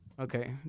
okay